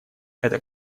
это